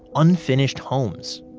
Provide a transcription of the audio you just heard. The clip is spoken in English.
unfinished homes